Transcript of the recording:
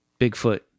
Bigfoot